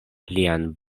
lian